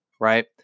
right